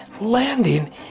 landing